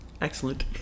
Excellent